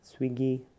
Swiggy